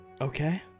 Okay